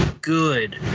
good